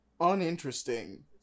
uninteresting